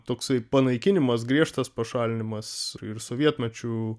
toksai panaikinimas griežtas pašalinimas ir sovietmečiu